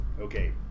okay